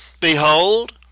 Behold